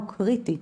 הוא קריטי.